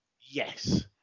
Yes